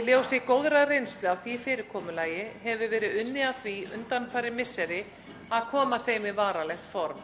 Í ljósi góðrar reynslu af því fyrirkomulagi hefur verið unnið að því undanfarin misseri að koma þeim í varanlegt form.